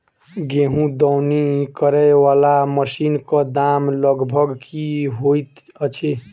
गेंहूँ दौनी करै वला मशीन कऽ दाम लगभग की होइत अछि?